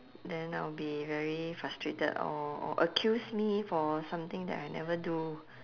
then I'll be very frustrated or or accuse me for something that I never do